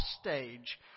stage